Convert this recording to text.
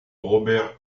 robert